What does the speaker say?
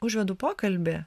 užvedu pokalbį